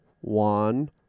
one